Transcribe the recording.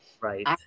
right